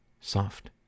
soft